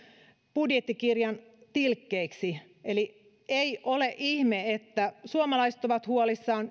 budjettikirjan tilkkeiksi eli ei ole ihme että suomalaiset ovat huolissaan